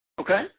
Okay